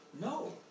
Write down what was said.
no